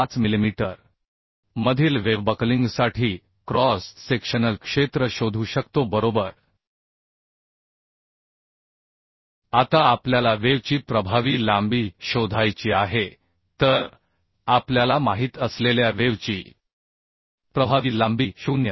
5 millimetre मधील wave बकलिंगसाठी cross sectional क्षेत्र शोधू शकतो बरोबर आता आपल्याला वेव्ह ची प्रभावी लांबी शोधायची आहे तर आपल्याला माहित असलेल्या वेव्ह ची प्रभावी लांबी 0